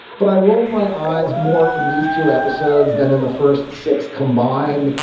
but i rolled my eyes more in these two episodes than in the first six combined.